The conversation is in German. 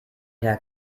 herr